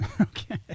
Okay